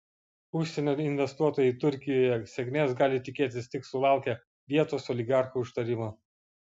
užsienio investuotojai turkijoje sėkmės gali tikėtis tik sulaukę vietos oligarchų užtarimo